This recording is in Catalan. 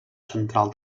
central